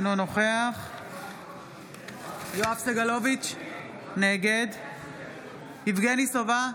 אינו נוכח יואב סגלוביץ' נגד יבגני סובה,